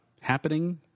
Happening